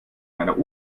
meiner